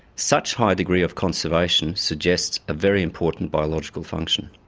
such high degree of conservation suggests a very important biological function.